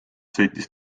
sõitis